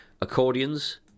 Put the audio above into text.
accordions